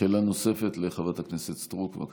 שאלה נוספת לחברת הכנסת סטרוק, בבקשה.